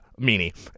Meanie